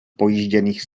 pojížděných